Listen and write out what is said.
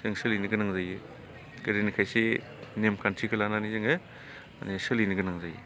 जों सोलिनो गोनां जायो गोदोनि खायसे नेम खान्थिखौ लानानै जोङो माने सोलिनो गोनां जायो